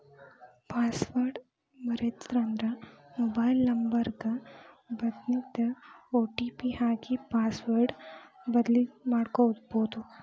password ಮರೇತಂದ್ರ mobile number ಗ ಬನ್ದಿದ್ ಒ.ಟಿ.ಪಿ ಹಾಕಿ ಪಾಸ್ವರ್ಡ್ ಬದ್ಲಿಮಾಡ್ಬೊದು